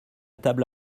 table